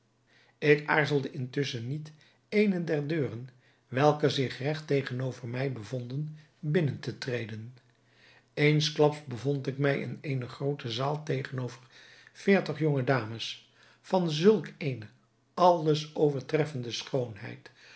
ik aarzelde intusschen niet eene der deuren welke zich regt tegenover mij bevonden binnen te treden eensklaps bevond ik mij in eene groote zaal tegenover veertig jonge dames van zulk eene alles overtreffende schoonheid